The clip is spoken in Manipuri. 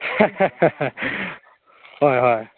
ꯍꯣꯏ ꯍꯣꯏ